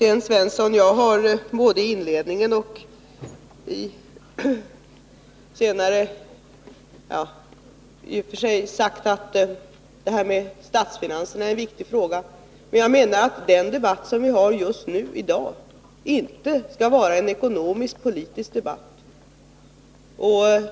Onsdagen den Jag har, Sten Svensson, både i mitt inledande anförande och senare sagt att 16 december 1981 statsfinanserna är en viktig fråga, men att jag menar att den debatt som vi just nu för inte skall vara en ekonomisk-politisk debatt.